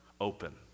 open